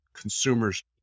consumers